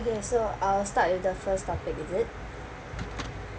okay so I'll start with the first topic is it